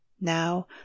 Now